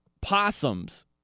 Possums